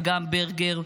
אגם ברגר,